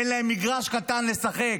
אין להם מגרש קטן לשחק.